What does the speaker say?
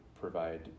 provide